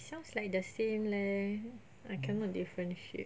sounds like the same leh I cannot differentiate